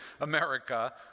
America